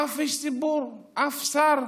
אף נבחר ציבור, אף שר,